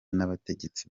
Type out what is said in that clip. n’abategetsi